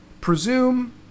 Presume